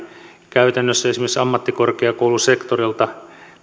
käytännössä esimerkiksi ammattikorkeakoulusektorilta